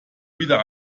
wieder